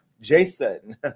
Jason